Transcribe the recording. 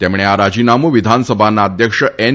તેમણે આ રાજીનામું વિધાનસભાના અધ્યક્ષ એન